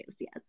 Yes